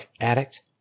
addict